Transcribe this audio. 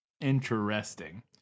Interesting